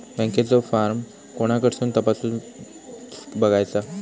बँकेचो फार्म कोणाकडसून तपासूच बगायचा?